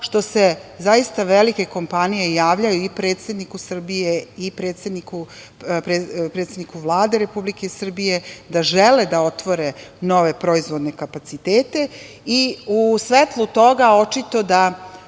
što se zaista velike kompanije javljaju i predsedniku Srbije i predsednici Vlade Republike Srbije, da žele da otvore proizvodne kapacitete. U svetlu toga očito da